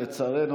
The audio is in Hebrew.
לצערנו,